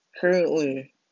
currently